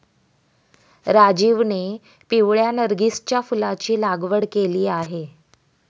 राजीवने पिवळ्या नर्गिसच्या फुलाची लागवड केली आहे